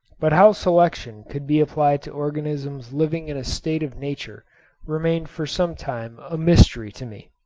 but how selection could be applied to organisms living in a state of nature remained for some time a mystery to me.